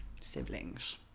siblings